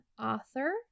author